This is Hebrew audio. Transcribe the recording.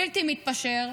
בלתי מתפשר,